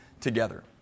together